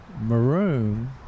maroon